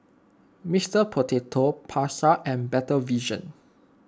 Mister Potato Pasar and Better Vision